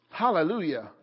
hallelujah